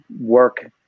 work